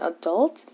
adult